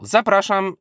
Zapraszam